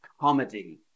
comedy